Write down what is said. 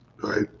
right